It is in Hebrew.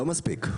לא מספיק.